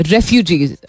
Refugees